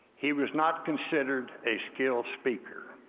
he was not considered a skilled speaker